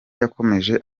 yakomeje